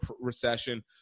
recession